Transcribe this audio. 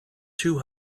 too